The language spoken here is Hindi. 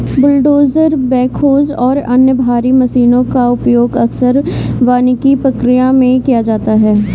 बुलडोजर बैकहोज और अन्य भारी मशीनों का उपयोग अक्सर वानिकी प्रक्रिया में किया जाता है